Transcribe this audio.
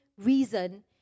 reason